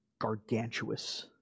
gargantuous